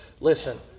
listen